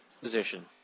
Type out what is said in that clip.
Position